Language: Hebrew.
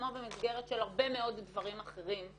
כמו במסגרת של הרבה מאוד דברים אחרים,